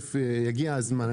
לזה יגיע הזמן.